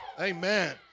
Amen